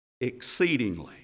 exceedingly